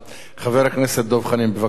חבר הכנסת דב חנין, בבקשה.